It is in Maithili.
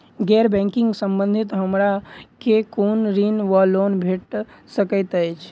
गैर बैंकिंग संबंधित हमरा केँ कुन ऋण वा लोन भेट सकैत अछि?